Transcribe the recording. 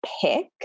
pick